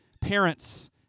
parents